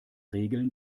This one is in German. regeln